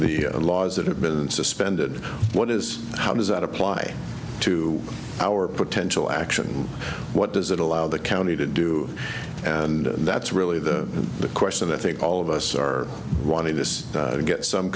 the laws that have been suspended what is how does that apply to our potential action what does it allow the county to do and that's really the the question i think all of us are wanting this to get some